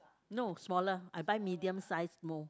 no smaller I buy medium sized mould